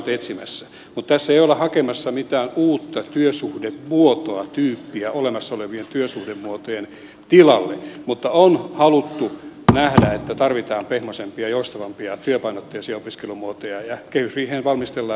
mutta tässä ei olla hakemassa mitään uutta työsuhdemuotoa tyyppiä olemassa olevien työsuhdemuotojen tilalle mutta on haluttu nähdä että tarvitaan pehmoisempia ja joustavampia työpainotteisia opiskelumuotoja ja kehysriiheen valmistellaan näitä asioita